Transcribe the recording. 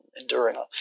enduring